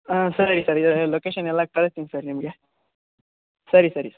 ಹಾಂ ಸರಿ ಸರ್ ಇದು ಲೊಕೇಶನ್ ಎಲ್ಲ ಕಳಸ್ತಿನಿ ಸರ್ ನಿಮಗೆ ಸರಿ ಸರಿ